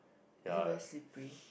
is it very slippery